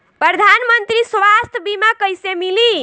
प्रधानमंत्री स्वास्थ्य बीमा कइसे मिली?